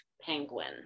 Penguin